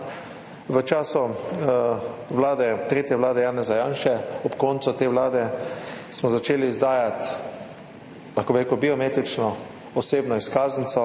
V času tretje vlade Janeza Janše, ob koncu te vlade smo začeli izdajati biometrično osebno izkaznico,